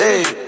hey